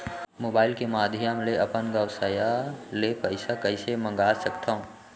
Mobile के माधयम ले अपन गोसैय्या ले पइसा कइसे मंगा सकथव?